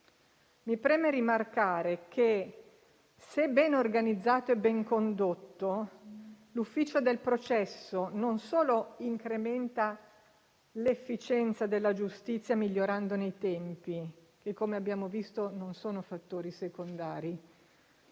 Mi preme rimarcare che, se ben organizzato e ben condotto, l'ufficio del processo non solo incrementa l'efficienza della giustizia, migliorandone i tempi (che, come abbiamo visto, non sono fattori secondari),